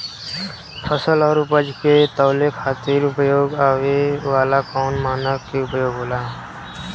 फसल के उपज के तौले खातिर उपयोग में आवे वाला कौन मानक के उपयोग होला?